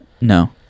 No